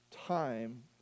time